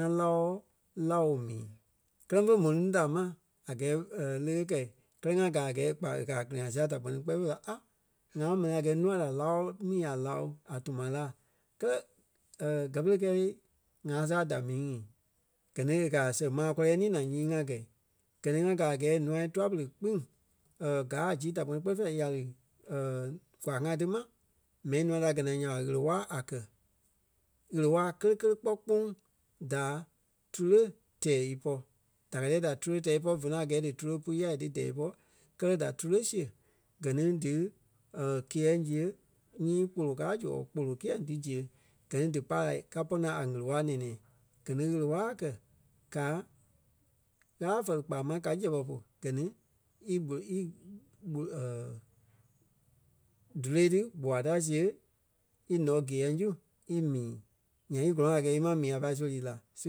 ŋa láo, láo mii. Kɛ́lɛ fe mò ní núu da ma a gɛɛ le ɓé kɛ̀i. Kɛlɛ ŋá gaa a gɛɛ kpa e kɛ̀ a kili-ŋa sia da kpɛ́ni kpɛɛ fêi la a ŋa mɛni a gɛɛ nûa da láo mii a láo a tuma laa. Kɛ́lɛ gɛ́ pere kɛɛ le ŋa saa da mii ŋi. Gɛ ni e kɛ̀ a sɛŋ maa gɔ́rii ninai nyii ŋa gɛ̂i. Gɛ ni ŋa gaa a gɛɛ nûa tûa-pere kpîŋ gáa a zii ta kpɛni. Kpɛɛ fêi ya lí kwaa ŋai ti ma, mɛni ǹûai da gɛ́ naa ɣele-wala a kɛ ɣele-wala kélee kelee kpɔ́ kpõŋ da tule tɛɛ ípɔ. Da kɛ́ díyɛ da tule tɛɛ ípɔ vé nɔ a gɛɛ dí tule pú yâi dí tɛɛ ipɔ kɛlɛ da tule siɣe gɛ ni dí kíyɛŋ siɣe nyii kpolo kaa zu or kpolo kiyɛŋ dí ziɣe. Gɛ ni dí pai la ka pɔ́-naa a ɣele-wala nɛ̃ɛ-nɛɛ. Gɛ ni ɣele-wala a kɛ̀ gaa Ɣâla fɛli kpaa máŋ ka zɛpɛ pú gɛ ni í kpolo- í- kpo- tule ti gbua ta siɣe í ǹɔ́ kiyɛŋ su í mii. Nyaŋ í gɔlɔŋ a gɛɛ í maŋ a pai sóli í lá. So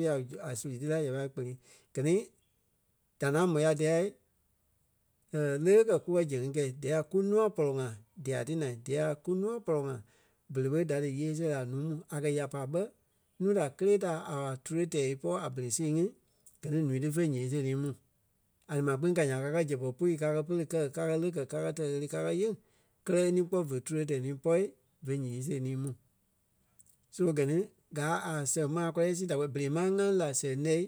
a- a- soli ti í lá nya pai í kpele. Gɛ ni da ŋaŋ mó ya diyɛ le ɓé kɛ́ kúwɔ zɛŋ ŋí kɛi díyɛ kunûa pɔlɔ ŋai dia ti naa díyɛ kunùa pɔlɔ ŋai berei ɓé da dí yée sée la nuu mu. A kɛ̀ ya pâi ɓé núu da kélee ta a wa tule tɛɛ ípɔ a berei sii ŋí gɛ ni ǹúui ti fe ǹyee sée ni í mu. A ni maa kpîŋ ka ya kakɛ zɛpɛ pui a kɛ̀ pɛ́lɛ kɛ́ kakɛ lé kɛ kakɛ tɛ̀ ɣele kakɛ yeŋ kɛlɛ e ni kpɔ́ fé túle tɛɛ ni ípɔ ve ǹyee sée ni mu. So gɛ ni gaa a sɛŋ maa gɔ́rii sii ta kpɛni berei máŋ ŋá lí la sɛŋ lɛ́